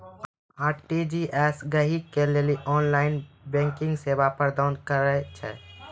RTGS गहकि के लेली ऑनलाइन बैंकिंग सेवा प्रदान करै छै